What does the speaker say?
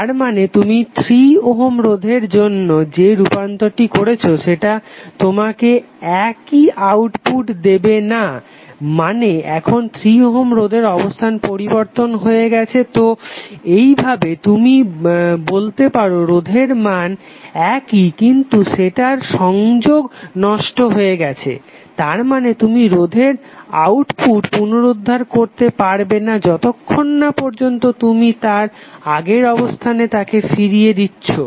তারমানে তুমি 3 ওহম রোধের জন্য যে রূপান্তরটি করেছো সেটা তোমাকে একই আউটপুট দেবে না মানে এখন 3 ওহম রোধের অবস্থান পরিবর্তন হয়ে গেছে তো এইভাবে তুমি বলতে পারো রোধের মান একই কিন্তু সেটার সংযোগ নষ্ট হয়ে গেছে তারমানে তুমি রোধের আউটপুট পুনরদ্ধার করতে পারবে না যতক্ষণ না পর্যন্ত তুমি তার আগের অবস্থানে তাকে ফিরিয়ে নিয়ে যাচ্ছো